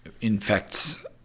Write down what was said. infects